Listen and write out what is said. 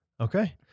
Okay